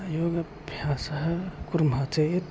योगभ्यासं कुर्मः चेत्